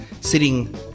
Sitting